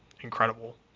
incredible